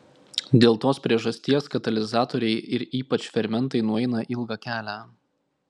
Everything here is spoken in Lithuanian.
dėl tos priežasties katalizatoriai ir ypač fermentai nueina ilgą kelią